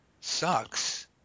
sucks